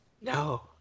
No